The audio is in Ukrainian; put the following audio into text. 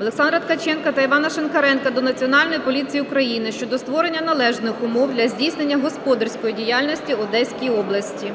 Олександра Ткаченка та Івана Шинкаренка до Національної поліції України щодо створення належних умов для здійснення господарської діяльності у Одеській області.